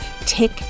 tick